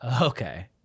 Okay